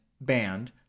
band